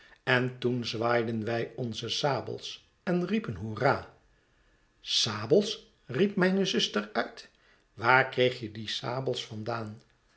en toen zwaaiden wij onze sabels en riepen hoeral sabels riep mijne zuster uit waarkreeg je die sabels vandaan